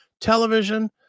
television